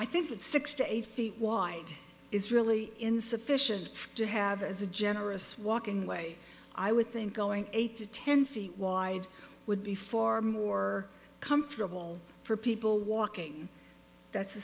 i think that six to eight feet wide is really insufficient to have as a generous walking way i would think going eight to ten feet wide would be far more comfortable for people walking that's